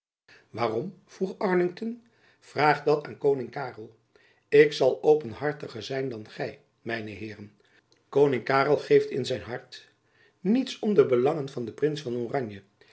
waarom vroeg arlington vraag dat aan koning karel ik zal openhartiger zijn dan gy mijne heeren koning karel geeft in zijn hart niets om de belangen van den prins van oranje